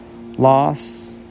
loss